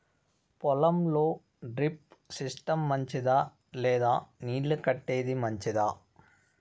పొలం లో drip system మంచిదా లేదా నీళ్లు కట్టేది మంచిదా?